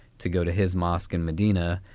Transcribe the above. to go to his mosque in medina.